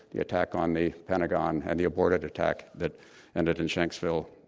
the attack on the pentagon and the aborted attack that ended in shanksville,